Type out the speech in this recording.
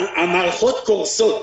המערכות קורסות.